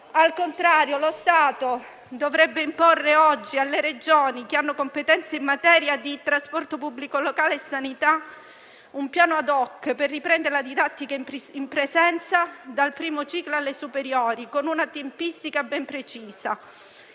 Al contrario, lo Stato dovrebbe imporre oggi alle Regioni che hanno competenze in materia di trasporto pubblico locale e sanità, un piano *ad hoc* per riprendere la didattica in presenza dal primo ciclo alle superiori, con una tempistica ben precisa.